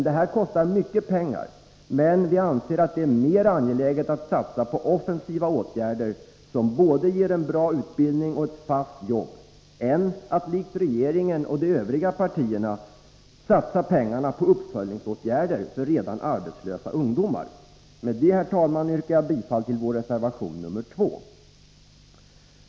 Det här kostar mycket pengar, men vi anser att det är mer angeläget att satsa på offensiva åtgärder, som ger både bra utbildning och ett fast jobb, än att likt regeringen och de övriga partierna satsa pengarna på uppföljningsåtgärder för redan arbetslösa ungdomar. Med det, herr talman, yrkar jag bifall till vår reservation 2.